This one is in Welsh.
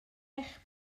eich